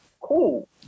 Cool